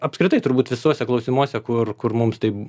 apskritai turbūt visuose klausimuose kur kur mums taip